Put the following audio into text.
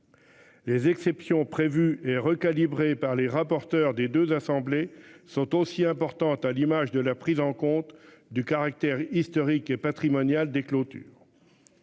Les exceptions prévues et recalibrer par les rapporteurs des 2 assemblées sont aussi importantes à l'image de la prise en compte du caractère historique et patrimoniale des clôtures.